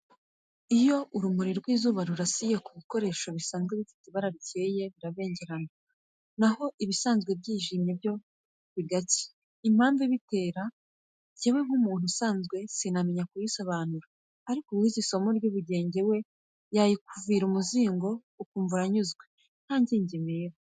Iyo urumuri rw'izuba rurasiye ku bikoresho bisanzwe bifite ibara rikeye birabengerana, na ho ibisanzwe byijimye byo bigacya, impamvu ibitera njyewe nk'umuntu usanzwe sinamenya kuyisobanura ariko uwize isomo ry'ubugenge we yabikuvira imuzingo ukumva uranyuzwe, nta ngingimira.